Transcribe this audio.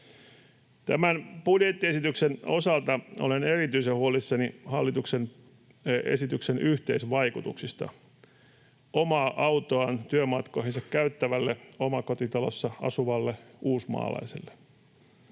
Tämän budjettiesityksen osalta olen erityisen huolissani hallituksen esityksen yhteisvaikutuksista omaa autoaan työmatkoihinsa käyttävälle omakotitalossa asuvalle uusmaalaiselle.